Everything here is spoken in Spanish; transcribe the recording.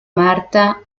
marta